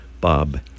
Bob